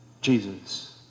Jesus